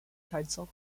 council